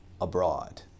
abroad